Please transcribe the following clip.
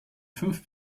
fünf